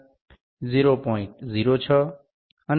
06 અને 0